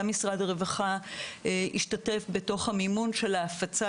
גם משרד הרווחה השתתף במימון ההפצה